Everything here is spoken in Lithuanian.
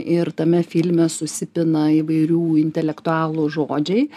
ir tame filme susipina įvairių intelektualų žodžiai